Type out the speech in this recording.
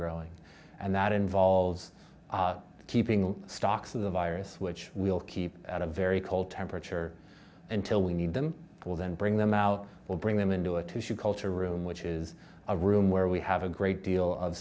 growing and that involves keeping the stocks of the virus which we'll keep at a very cold temperature until we need them will then bring them out we'll bring them into a tissue culture room which is a room where we have a great deal of